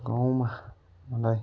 गाउँमा मलाई